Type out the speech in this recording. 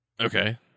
okay